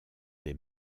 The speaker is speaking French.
des